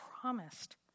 promised